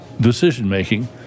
decision-making